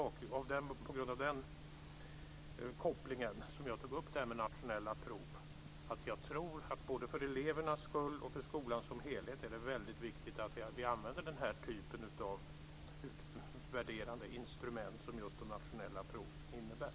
Det var på grund av den kopplingen som jag tog upp nationella prov. Jag tror att det både för elevernas skull och för skolan som helhet är väldigt viktigt att vi använder den typ av utvärderande instrument som de nationella proven utgör.